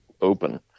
open